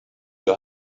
you